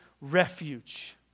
refuge